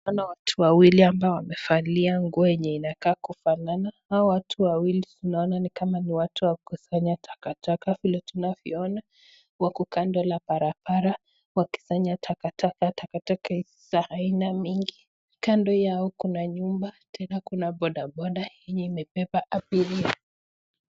Naona watu wawili ambao wenye wamevaa nguo yenye inakaa kufanana hao ni watu wawili ambao ni wanasanya takataka vile tunavyoona wako kando ya barabara wakisanya takataka Haina mingi kando yao Kuna nyumba tena Kuna bodaboda yenye imebeba abiria.